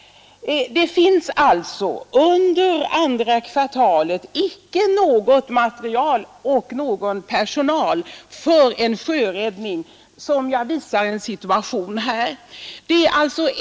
Det finns alltså under andra kvartalet icke något materiel och icke någon personal för sjöräddning i situationer sådana som den jag nu visar i bild på kammarens TV-skärm.